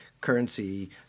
currency